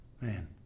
Man